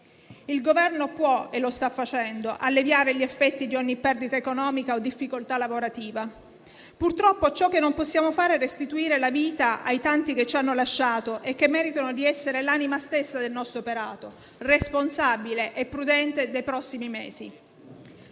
Il Governo può - e lo sta facendo - alleviare gli effetti di ogni perdita economica o difficoltà lavorativa. Purtroppo, ciò che non possiamo fare è restituire la vita ai tanti che ci hanno lasciato e che meritano di essere l'anima stessa del nostro operato, responsabile e prudente, dei prossimi mesi.